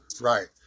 Right